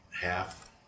half